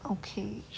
okay